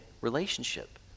relationship